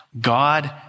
God